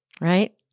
right